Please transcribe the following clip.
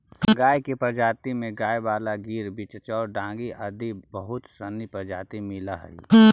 गाय के प्रजाति में गयवाल, गिर, बिच्चौर, डांगी आदि बहुत सनी प्रजाति मिलऽ हइ